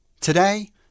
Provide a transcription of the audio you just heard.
Today